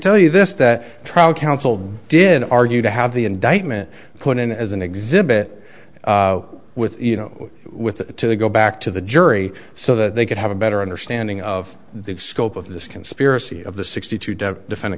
tell you this that trial counsel did argue to have the indictment put in as an exhibit with you know with the to go back to the jury so that they could have a better understanding of the scope of this conspiracy of the sixty to defend a